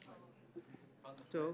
חד-משמעית.